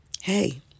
Hey